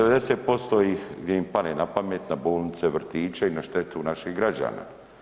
90% gdje im padne na pamet na bolnice, vrtiće i na štetu naših građana.